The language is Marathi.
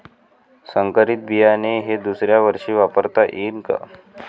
संकरीत बियाणे हे दुसऱ्यावर्षी वापरता येईन का?